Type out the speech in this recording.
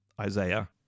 Isaiah